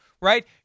right